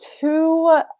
two